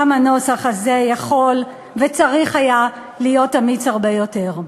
גם הנוסח הזה יכול וצריך היה להיות אמיץ הרבה יותר.